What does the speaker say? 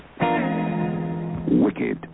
wicked